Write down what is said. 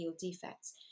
defects